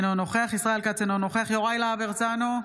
אינו נוכח ישראל כץ, אינו נוכח יוראי להב הרצנו,